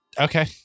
Okay